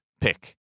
pick